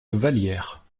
vallière